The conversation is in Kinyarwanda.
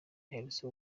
aherutse